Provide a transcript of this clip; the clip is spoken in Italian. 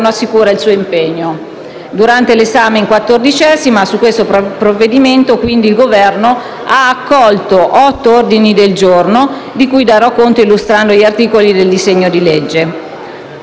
assicura il suo impegno. Durante l'esame in 14a Commissione su questo provvedimento il Governo ha accolto otto ordini del giorno, di cui darò conto illustrando gli articoli del disegno di legge.